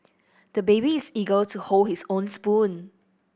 the baby is eager to hold his own spoon